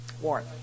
Warren